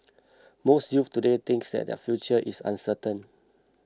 most youths today think that their future is uncertain